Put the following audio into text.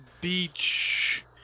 beach